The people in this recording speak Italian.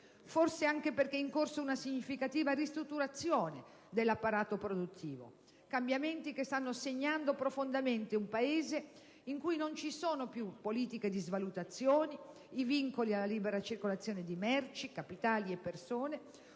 forse anche perché in corso una significativa ristrutturazione dell'apparato produttivo. Tali cambiamenti stanno segnando profondamente un Paese in cui non ci sono più politiche di svalutazione e vincoli alla libera circolazione di merci, capitali e persone.